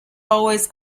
always